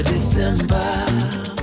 December